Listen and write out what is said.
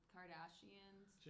Kardashians